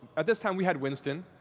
at this time we had winston,